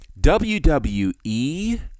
WWE